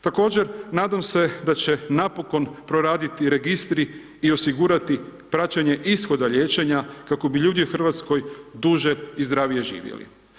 Također nadam se da će napokon proraditi registri i osigurati praćenje ishoda liječenja kako bi ljudi u Hrvatskoj duže i zdravlje živjeli.